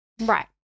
Right